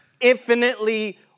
infinitely